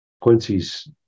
Quincy's